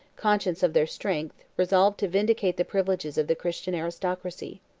conscious of their strength, resolved to vindicate the privileges of the christian aristocracy.